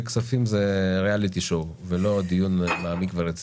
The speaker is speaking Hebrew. הכספים היא ריאליטי שאו ולא דיון מעמיק ורציני.